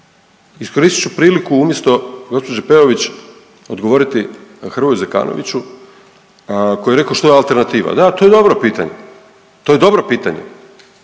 Iskoristit ću priliku umjesto gđe. Peović odgovoriti Hrvoju Zekanoviću koji je rekao što je alternativa. Da, to je dobro pitanje. To je dobro pitanje.